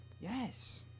Yes